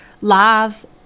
lives